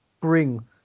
bring